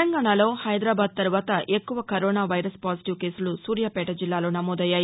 తెలంగాణలో హైదరాబాద్ తర్వాత ఎక్కువ కరోనా వైరస్ పాజిటివ్ కేసులు సూర్యాపేట జిల్లాలో నమోదయ్యాయి